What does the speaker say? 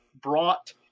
brought